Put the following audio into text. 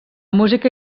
música